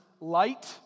light